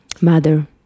mother